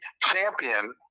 champion